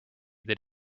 that